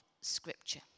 scripture